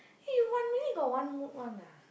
hey one minute you got one mood one ah